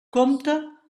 compta